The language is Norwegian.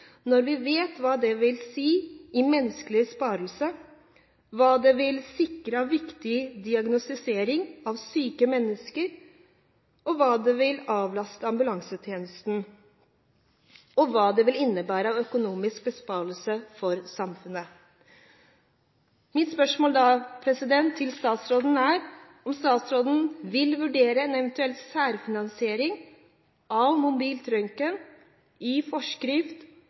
når vi vet hva det vil spare i menneskelig belastning, hva det vil sikre av viktig diagnostisering av syke mennesker, hvordan det vil avlaste ambulansetjenesten, og hva det vil innebære av økonomisk besparelse for samfunnet. Mitt spørsmål til statsråden er da: Vil statsråden vurdere en eventuell særfinansiering av mobil røntgen i forskrift